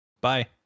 Bye